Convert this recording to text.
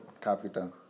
capital